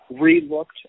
re-looked